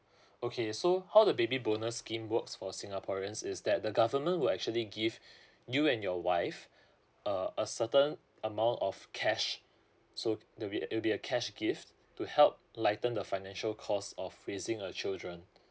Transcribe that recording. okay so how the baby bonus scheme works for singaporeans is that the government will actually give you and your wife uh a certain amount of cash so there'll be it'll be a cash gift to help lighten the financial cost of raising a children